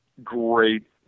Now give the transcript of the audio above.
Great